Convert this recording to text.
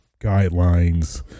guidelines